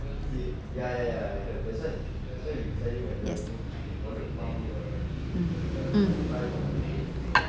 mm